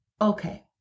Okay